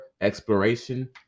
exploration